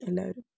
എല്ലാവരും